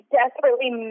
desperately